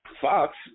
Fox